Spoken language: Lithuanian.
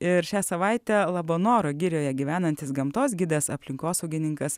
ir šią savaitę labanoro girioje gyvenantis gamtos gidas aplinkosaugininkas